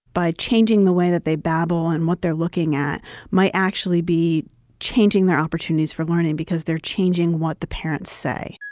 by changing the way that they babble and what they're looking at might actually be changing their opportunities for learning because they're changing what the parents say.